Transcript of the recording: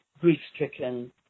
grief-stricken